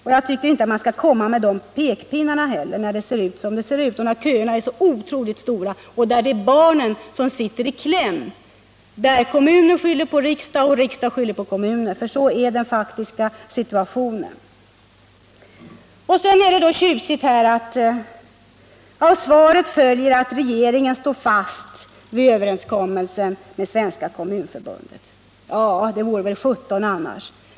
Och man skall heller inte komma med några pekpinnar när det ser ut som det ser ut, när köerna är så otroligt långa och barnen sitter i kläm, när kommun skyller på riksdag och riksdag skyller på kommun; sådan är den faktiska situationen. Det är så tjusigt när Gabriel Romanus säger: ”Av svaret följer att regeringen står fast vid såväl överenskommelsen med Svenska kommunförbundet ---.” Ja, det vore väl sjutton annars!